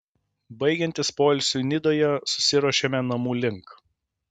baigiantis poilsiui nidoje susiruošėme namų link